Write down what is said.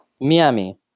Miami